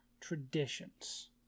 traditions